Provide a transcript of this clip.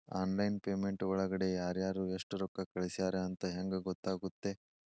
Online payment ಒಳಗಡೆ ಯಾರ್ಯಾರು ಎಷ್ಟು ರೊಕ್ಕ ಕಳಿಸ್ಯಾರ ಅಂತ ಹೆಂಗ್ ಗೊತ್ತಾಗುತ್ತೆ?